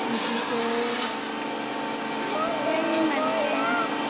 ओंख्रिखौ फ्राय माने